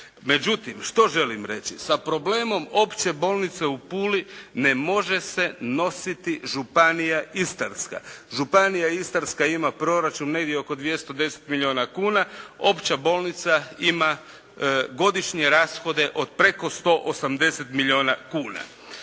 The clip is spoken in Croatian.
Međutim, što želim reći? Sa problemom Opće bolnice u Puli ne može se nositi Županija istarska. Županija istarska ima proračun negdje oko 210 milijuna kuna. Opća bolnica ima godišnje rashode od preko 180 milijuna kuna.